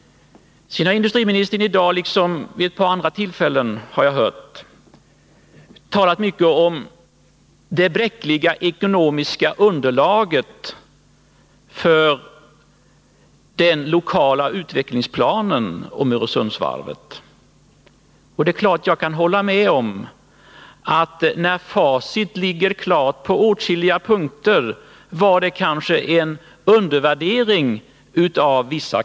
Industriministern talar i dag, liksom han har gjort vid ett par andra tillfällen, mycket om det bräckliga ekonomiska underlaget för den lokala utvecklingsplanen för Öresundsvarvet. När nu facit ligger klart, kan jag hålla med om att vissa kostnader kanske undervärderades.